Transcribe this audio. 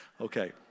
Okay